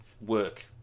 work